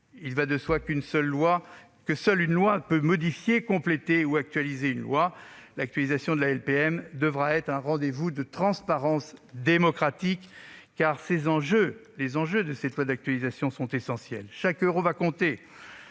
Il va de soi que seule une loi peut modifier, compléter ou actualiser une loi. L'actualisation de la LPM devra être un rendez-vous de transparence démocratique, car ses enjeux sont essentiels. Chaque euro comptera.